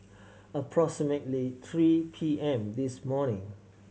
approximately three P M this morning